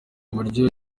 buryo